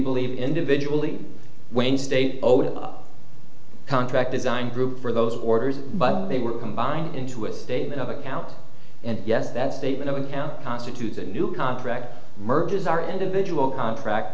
believe the individual the wednesday contract design group for those orders but they were combined into a state of account and yes that statement of account constitutes a new contract merges our individual contract